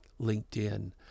linkedin